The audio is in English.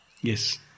Yes